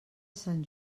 sant